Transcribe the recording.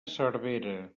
cervera